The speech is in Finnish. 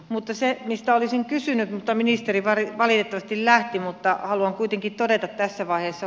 mutta se mistä olisin kysynyt mutta ministeri valitettavasti lähti